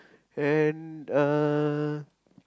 and uh